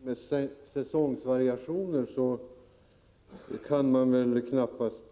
Herr talman! När det gäller problemen med säsongvariationer kan man väl knappast